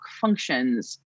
functions